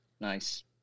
Nice